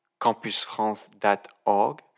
campusfrance.org